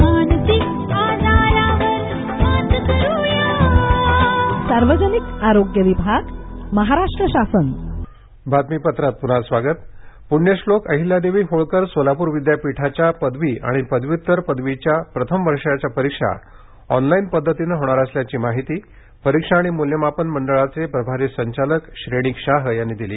परीक्षा ऑनलाइन पुण्यश्लोक अहिल्यादेवी होळकर सोलापूर विद्यापीठाच्या पदवी आणि पदव्युत्तर पदवीच्या प्रथम वर्षाच्या परीक्षा ऑनलाइन पद्धतीनं होणार असल्याची माहिती परीक्षा आणि मूल्यमापन मंडळाचे प्रभारी संचालक श्रेणीक शाह यांनी दिली